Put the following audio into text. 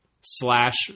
slash